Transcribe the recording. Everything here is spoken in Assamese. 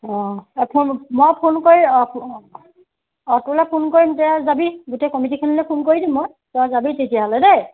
অঁ মই ফোন কৰি অঁ তোলৈ ফোন কৰিম দে গোটেই কমিটিখনলৈ ফোন কৰি দিম আৰু তই যাবি তেতিয়াহ'লে দেই